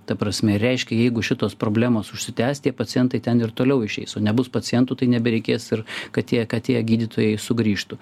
ta prasme ir reiškia jeigu šitos problemos užsitęs tie pacientai ten ir toliau išeis o nebus pacientų tai nebereikės ir kad tie kad tie gydytojai sugrįžtų